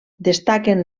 destaquen